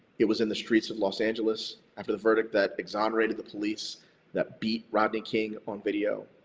it was in the streets of los angeles, after the verdict that exonerated the police that beat rodney king on video.